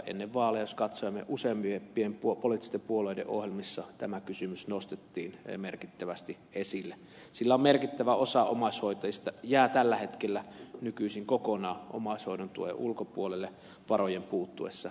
ennen vaaleja useimpien poliittisten puolueiden ohjelmissa tämä kysymys nostettiin merkittävästi esille sillä merkittävä osa omaishoitajista jää tällä hetkellä kokonaan omaishoidon tuen ulkopuolelle varojen puuttuessa